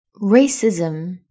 Racism